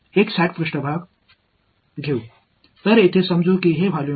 எனவே இந்த பக்கத்தை முதலில் இங்கே எடுத்துக் கொள்வோம்